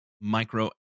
micro